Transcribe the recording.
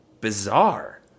bizarre